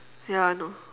ya I know